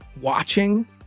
watching